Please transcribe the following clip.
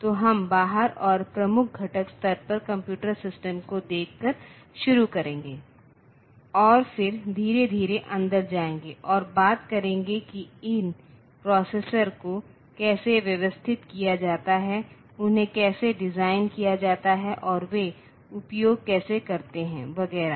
तो हम बाहर और प्रमुख घटक स्तर पर कंप्यूटर सिस्टम को देखकर शुरू करेंगे और फिर धीरे धीरे अंदर जाएंगे और बात करेंगे कि इन प्रोसेसर को कैसे व्यवस्थित किया जाता है उन्हें कैसे डिज़ाइन किया जाता है और वे उपयोग कैसे करते हैं वगैरह